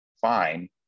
Fine